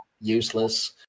useless